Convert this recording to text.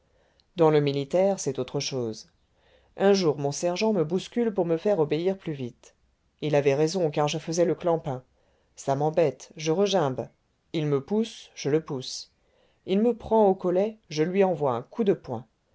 dans le militaire c'est autre chose un jour mon sergent me bouscule pour me faire obéir plus vite il avait raison car je faisais le clampin ça m'embête je regimbe il me pousse je le pousse il me prend au collet je lui envoie un coup de poing